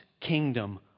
kingdom